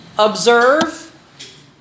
Observe